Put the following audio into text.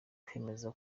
kwemeza